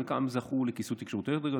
חלקם זכו לכיסוי תקשורתי יותר גדול,